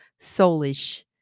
soulish